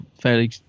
fairly